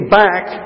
back